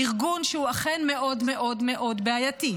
ארגון שהוא אכן מאוד מאוד בעייתי,